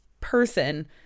person